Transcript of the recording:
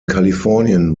kalifornien